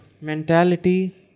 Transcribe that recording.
Mentality